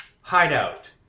hideout